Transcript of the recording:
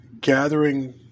gathering